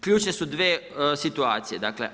Ključne su dvije situacije, dakle.